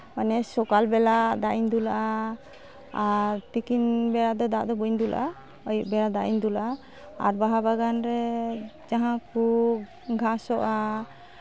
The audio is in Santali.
ᱢᱟᱱᱮ ᱥᱚᱠᱟᱞ ᱵᱮᱞᱟ ᱫᱟᱜ ᱤᱧ ᱫᱩᱞᱟᱜᱼᱟ ᱟᱨ ᱛᱤᱠᱤᱱ ᱵᱮᱲᱟ ᱫᱚ ᱫᱟᱜ ᱫᱚ ᱵᱟᱹᱧ ᱫᱩᱞᱟᱜᱼᱟ ᱟᱹᱭᱩᱵ ᱵᱮᱲᱟ ᱫᱟᱜ ᱤᱧ ᱫᱩᱠᱟᱜᱼᱟ ᱟᱨ ᱵᱟᱦᱟ ᱵᱟᱜᱟᱱ ᱨᱮ ᱡᱟᱦᱟᱸ ᱠᱚ ᱜᱷᱟᱥᱚᱜᱼᱟ